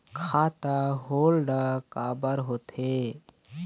खाता होल्ड काबर होथे?